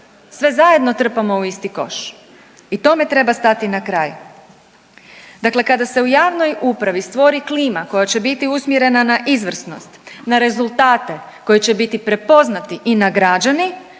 sve zajedno trpamo u isti koš i tome treba stati na kraj. Dakle, kada se u javnoj upravo stvori klima koja će biti usmjerena na izvrsnost, na rezultate koji će biti prepoznati i nagrađeni,